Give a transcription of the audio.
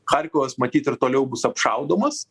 charkovas matyt ir toliau bus apšaudomas